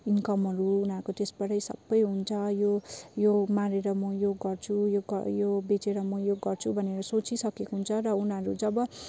इन्कमहरू उनीहरूको त्यसबाटै सबै हुन्छ यो यो मारेर म यो गर्छु यो यो बेचेर म यो गर्छु भनेर सोचिसकेको हुन्छ र उनीहरू जब